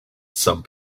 some